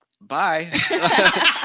Bye